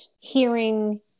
hearing